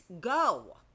go